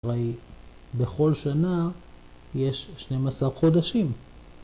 ‫הרי בכל שנה יש 12 חודשים.